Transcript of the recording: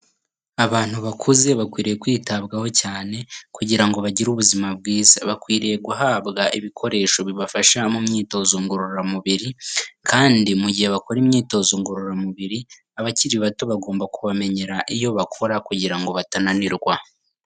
Abantu bakuze bakwiriye kwitabwaho cyane kugira ngo bagire ubuzima bwiza. Bakwiriye guhabwa ibikoresho bibafasha mu myitozo ngororamubiri kandi mu gihe bakora imyitozo ngororamubiri, abakiri bato bagomba kubamenyera iyo bakora kugira ngo batananirwa.